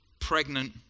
pregnant